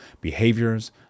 behaviors